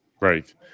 Right